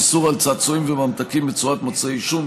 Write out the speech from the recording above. איסור על צעצועים וממתקים בצורת מוצרי עישון,